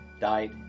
died